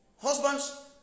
Husbands